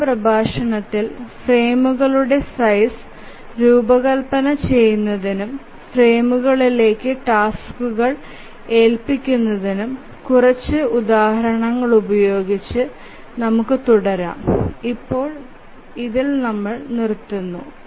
അടുത്ത പ്രഭാഷണത്തിൽ ഫ്രെയിമുകളുടെ സൈസ് രൂപകൽപ്പന ചെയ്യുന്നതിനും ഫ്രെയിമുകളിലേക്ക് ടാസ്കുകൾ ഏൽപ്പിക്കുന്നതിനും കുറച്ച് ഉദാഹരണങ്ങൾ ഉപയോഗിച്ച് നമ്മൾ തുടരും ഇപ്പോൾ നമ്മൾ നിർത്തുന്നു